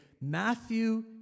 Matthew